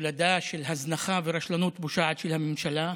תולדה של הזנחה ורשלנות פושעת של הממשלה,